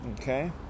okay